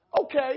okay